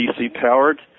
DC-powered